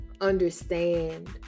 understand